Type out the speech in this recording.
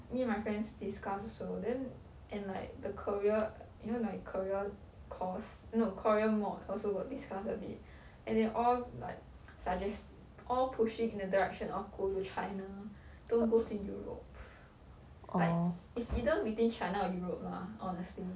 me and my friends discuss also then and like the career you know my career course no career mod also got discuss a bit and they all like suggests all pushing in the direction of go to china don't go to europe like it's either between china or europe lah honestly